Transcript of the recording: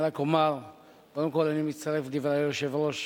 אני מצטרף לדברי היושב-ראש